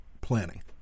planning